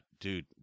dude